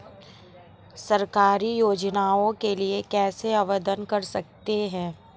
सरकारी योजनाओं के लिए कैसे आवेदन कर सकते हैं?